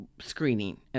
screening